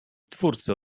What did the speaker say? twórcy